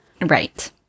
right